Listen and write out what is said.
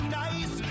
nice